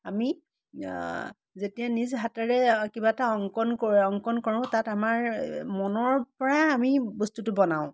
আমি যেতিয়া নিজ হাতেৰে কিবা এটা অংকণ কৰ অংকণ কৰোঁ তাত আমাৰ মনৰ পৰাই আমি বস্তুটো বনাওঁ